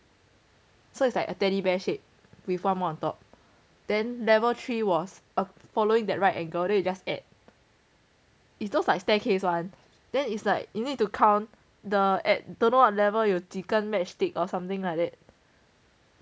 so it's like a teddy bear shape with one more on top then level three was a following that right angle then you just add is those like staircase [one] then is like you need to count the at don't know what level 有几根 match stick or something like that